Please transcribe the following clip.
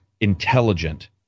intelligent